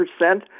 percent